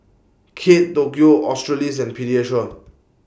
Kate Tokyo Australis and Pediasure